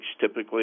typically